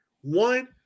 one